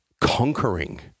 conquering